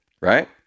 right